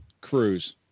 Cruz